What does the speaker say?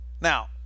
Now